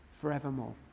forevermore